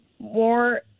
more